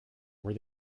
where